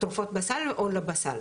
תרופות בסל או לא בסל.